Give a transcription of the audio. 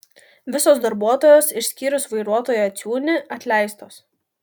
visos darbuotojos išskyrus vairuotoją ciūnį atleistos